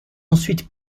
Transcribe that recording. ensuite